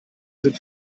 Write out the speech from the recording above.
sind